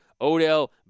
Odell